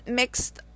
mixed